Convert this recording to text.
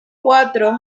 cuatro